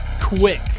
quick